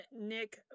Nick